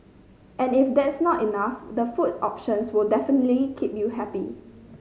and if that's not enough the food options will definitely keep you happy